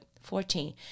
Fourteen